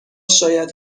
شاید